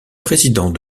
président